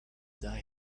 die